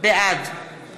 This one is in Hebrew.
בעד